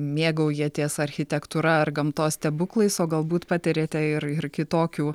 mėgaujatės architektūra ar gamtos stebuklais o galbūt patiriate ir ir kitokių